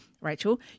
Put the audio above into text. Rachel